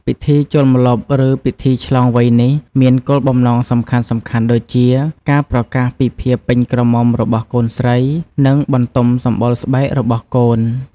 ពិធីចូលម្លប់ ឬ ពិធីឆ្លងវ័យនេះ មានគោលបំណងសំខាន់ៗដូចជា ការប្រកាសពីភាពពេញក្រមុំរបស់កូនស្រី និង បន្ទំសម្បុរស្បែករបស់កូន ។